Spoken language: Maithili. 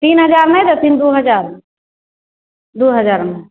तीन हजार नहि देथिन दू हजारमे दू हजारमे